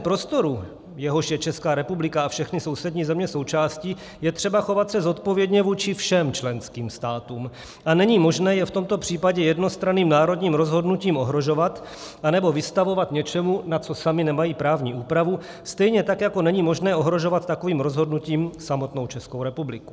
V schengenském prostoru, jehož je Česká republika a všechny sousední země součástí, je třeba se chovat zodpovědně vůči všem členským státům a není možné je v tomto případě jednostranným národním rozhodnutím ohrožovat anebo vystavovat něčemu, na co sami nemají právní úpravu, stejně tak jako není možné ohrožovat takovým rozhodnutím samotnou Českou republiku.